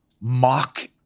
mock